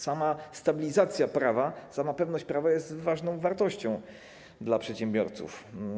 Sama stabilizacja prawa, sama pewność prawa jest ważną wartością dla przedsiębiorców.